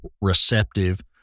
receptive